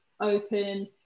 open